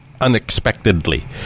unexpectedly